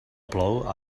plou